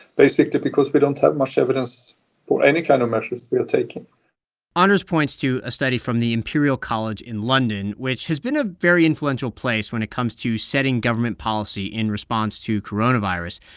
basically because we don't have much evidence for any kind of measures we are taking anders points to a study from the imperial college in london, which has been a very influential place when it comes to setting government policy in response to coronavirus.